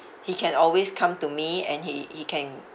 he can always come to me and he he can